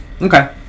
Okay